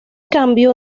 cambio